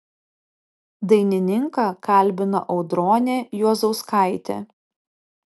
dainininką kalbina audronė juozauskaitė